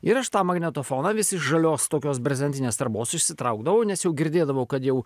ir aš tą magnetofoną vis iš žalios tokios brezentinės tarbos išsitraukdavau nes jau girdėdavau kad jau